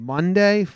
Monday